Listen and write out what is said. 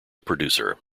producer